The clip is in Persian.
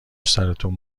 سرتون